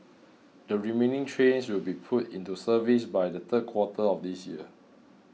the remaining trains will be put into service by the third quarter of this year